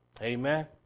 Amen